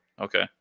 Okay